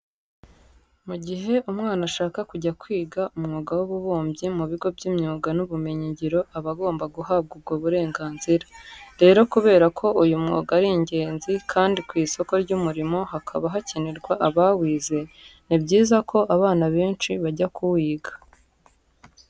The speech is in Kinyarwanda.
Mu gihe umwana ashaka kujya kwiga umwuga w'ububumbyi mu bigo by'imyuga n'ubumenyingiro aba agomba guhabwa ubwo burenganzira. Rero kubera ko uyu mwuga ari ingenzi kandi ku isoko ry'umurimo hakaba hakenewe abawize, ni byiza ko abana benshi bajya kuwiga.